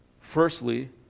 firstly